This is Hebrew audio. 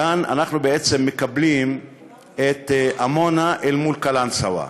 כאן אנחנו בעצם מקבלים את עמונה אל מול קלנסואה.